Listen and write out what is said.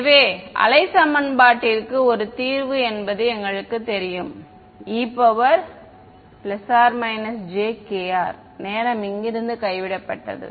எனவே அலை சமன்பாட்டிற்க்கு ஒரு தீர்வு என்பது எங்களுக்குத் தெரியும் e±jkrநேரம் இங்கிருந்து கைவிடப்பட்டது